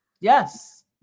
Yes